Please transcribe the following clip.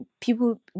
people